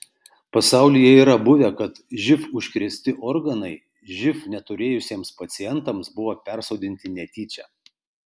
pasaulyje yra buvę kad živ užkrėsti organai živ neturėjusiems pacientams buvo persodinti netyčia